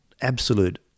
absolute